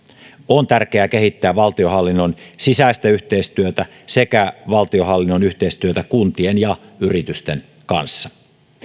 on tärkeää kehittää valtionhallinnon sisäistä yhteistyötä sekä valtionhallinnon yhteistyötä kuntien ja yritysten kanssa